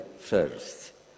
first